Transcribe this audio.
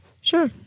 Sure